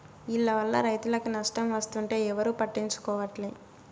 ఈల్ల వల్ల రైతులకు నష్టం వస్తుంటే ఎవరూ పట్టించుకోవట్లే